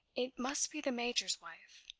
it must be the major's wife.